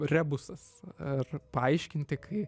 rebusas ar paaiškinti kai